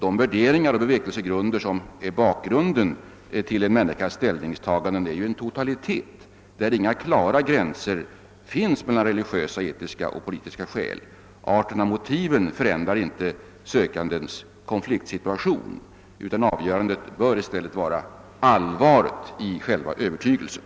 De värderingar och bevekelsegrunder som utgör bakgrunden till en människas ställningstagande är en totalitet, där inga klara gränser finns mellan etiska, politiska och religiösa skäl. Motivens art förändrar inte den sökandes konfliktsituation, utan av görande bör i stället vara allvaret i själva övertygelsen.